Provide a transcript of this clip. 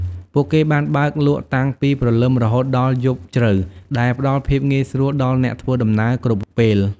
ពួកគេបានបើកលក់តាំងពីព្រលឹមរហូតដល់យប់ជ្រៅ ដែលផ្តល់ភាពងាយស្រួលដល់អ្នកធ្វើដំណើរគ្រប់ពេល។